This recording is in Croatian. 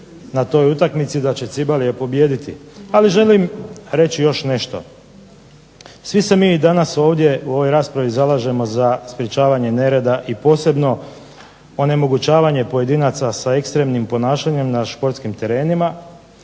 na toj utakmici, da će Cibalia pobijediti, ali želim reći još nešto. Svi se mi danas ovdje u ovoj raspravi zalažemo za sprječavanje nereda i posebno onemogućavanje pojedinaca sa ekstremnim ponašanjem na športskim terenima,